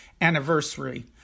anniversary